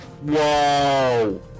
Whoa